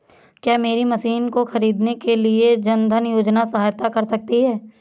क्या मेरी मशीन को ख़रीदने के लिए जन धन योजना सहायता कर सकती है?